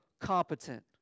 competent